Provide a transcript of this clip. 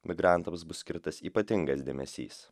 migrantams bus skirtas ypatingas dėmesys